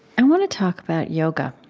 i want to talk about yoga